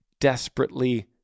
desperately